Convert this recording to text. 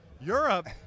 Europe